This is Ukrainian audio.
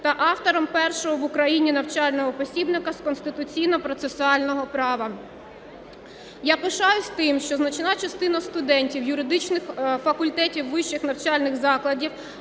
та автором першого в Україні навчального посібника з конституційно-процесуального права. Я пишаюсь тим, що значна частина студентів юридичних факультетів вищих навчальних закладів